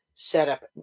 Setup